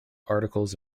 articles